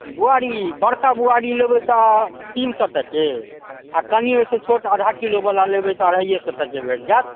बुआरी बड़का बुआरी लेबै तऽ तीन सए टके आ ओर कनिये ओइसँ छोट आधा किलोवला लेबै तऽ अढ़ाइये सए टके भेट जायत